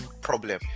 problem